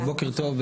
אז בוקר טוב,